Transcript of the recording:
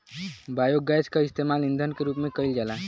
biogas के इस्तेमाल ईधन के रूप में कईल जाला